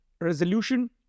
resolution